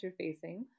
interfacing